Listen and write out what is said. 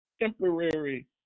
temporary